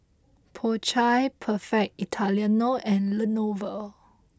Po Chai Perfect Italiano and Lenovo